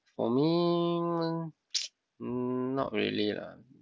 for me mm not really lah